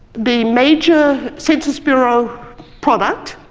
the major census bureau product,